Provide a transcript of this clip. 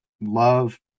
love